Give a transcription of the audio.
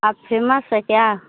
आप फ़ेमस हैं क्या